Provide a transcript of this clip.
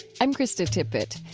i'm krista tippett.